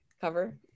cover